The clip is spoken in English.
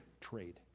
trade